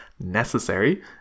necessary